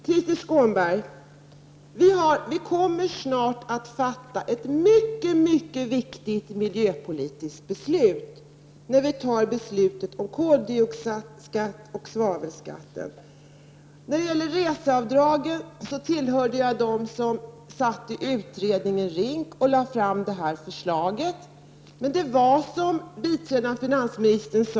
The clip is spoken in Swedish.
Krister Skånberg, vi kommer snart att fatta ett mycket viktigt miljöpolitiskt beslut när vi fattar beslut om koldioxidskatt och svavelskatt. Beträffande reseavdragen vill jag säga att jag satt med i utredningen RINK som lade fram detta förslag. Men, som biträdande finansministern = Prot.